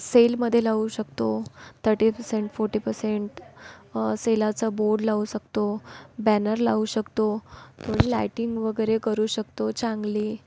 सेलमध्ये लावू शकतो थर्टी पर्सेंट फोर्टी पर्सेंट सेलाचा बोर्ड लावू शकतो बॅनर लावू शकतो थोडी लाइटिंग वगैरे करू शकतो चांगली